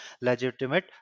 legitimate